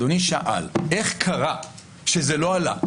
אדוני שאל איך קרה שזה לא עלה,